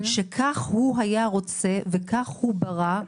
שכך הוא היה רוצה וכך הוא ברא,